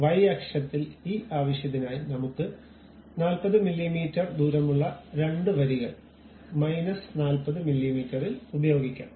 Y അക്ഷത്തിൽ ഈ ആവശ്യത്തിനായി നമുക്ക് 40 മില്ലീമീറ്റർ ദൂരമുള്ള രണ്ട് വരികൾ മൈനസ് 40 മില്ലീമീറ്ററിൽ ഉപയോഗിക്കാം